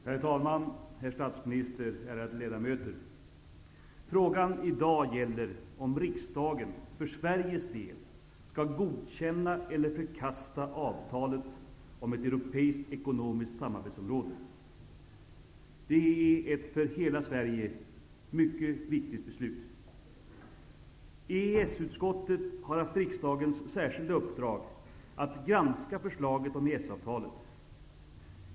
Herr talman! Herr statsminister! Ärade ledamöter! Frågan i dag gäller om riksdagen för Sveriges del skall godkänna eller förkasta avtalet om ett Det är ett för hela Sverige mycket viktigt beslut. EES-utskottet har haft riksdagens särskilda uppdrag att granska förslaget om EES-avtalet.